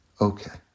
Okay